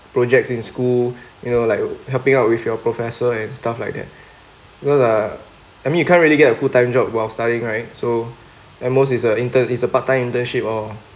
projects in school you know like helping out with your professor and stuff like that you know are I mean you can't really get a full time job while studying right so and most is a intern is a part time internship or